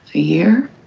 year